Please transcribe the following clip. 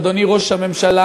אדוני ראש הממשלה,